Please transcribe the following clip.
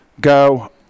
go